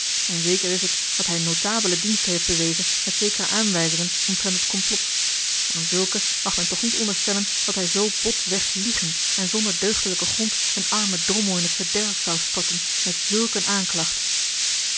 en zeker is het dat hij notabele diensten heeft bewezen met zekere aanwijzingen omtrent het complot van een zulke mag men toch niet onderstellen dat hij zoo bot weg liegen en zonder deugdelijken grond een armen drommel in t verderf zou storten met zulk eene aanklacht